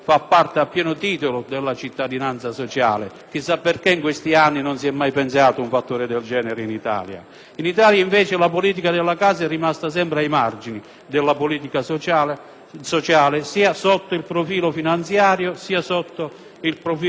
quale motivo in questi anni non si è mai pensato ad un fatto del genere in Italia. Nel nostro Paese la politica della casa è rimasta sempre ai margini della politica sociale, sia sotto il profilo finanziario che sotto quello puramente simbolico.